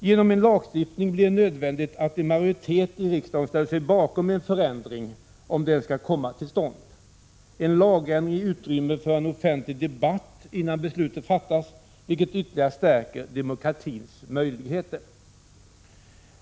Genom en lagstiftning blir det nödvändigt att en majoritet i riksdagen ställer sig bakom en förändring, om den skall komma till stånd. En lagändring ger utrymme för en offentlig debatt innan beslut fattas, vilket ytterligare stärker demokratins möjligheter.